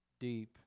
deep